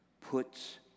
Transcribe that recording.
puts